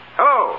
Hello